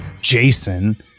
Jason